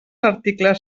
articles